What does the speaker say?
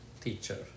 teacher